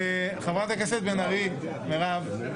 חברת הכנסת בן ארי, מירב.